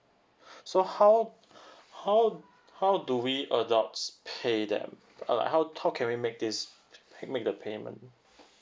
so how how how do we adults pay that uh how how can we make this make the payment